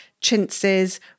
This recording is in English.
chintzes